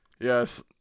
Yes